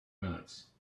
minutes